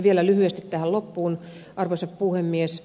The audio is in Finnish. vielä lyhyesti tähän loppuun arvoisa puhemies